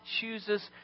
chooses